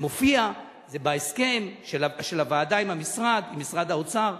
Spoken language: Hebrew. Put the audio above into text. זה מופיע, זה בהסכם של הוועדה עם משרד האוצר.